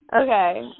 Okay